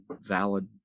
valid